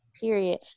Period